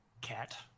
Cat